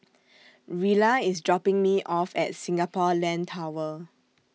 Rilla IS dropping Me off At Singapore Land Tower